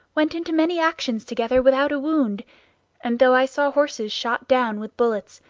went into many actions together without a wound and though i saw horses shot down with bullets,